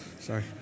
Sorry